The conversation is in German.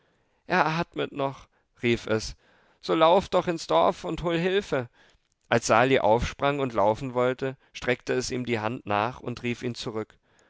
er atmet noch rief es so lauf doch ins dorf und hol hilfe als sali aufsprang und laufen wollte streckte es ihm die hand nach und rief ihn zurück